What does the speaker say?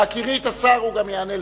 בהכירי את השר, הוא גם יענה לך.